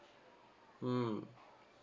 mm